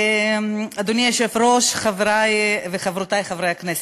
אדוני היושב-ראש, חברי וחברותי חברי הכנסת,